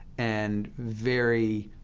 and very,